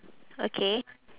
okay